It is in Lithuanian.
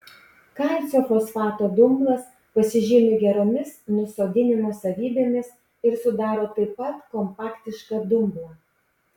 kalcio fosfato dumblas pasižymi geromis nusodinimo savybėmis ir sudaro taip pat kompaktišką dumblą